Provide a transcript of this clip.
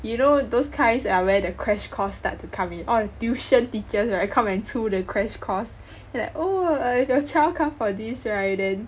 you know those kinds are where the crash course start to come in all tuition teachers right come and 出 the crash course like oh if your child come for these right then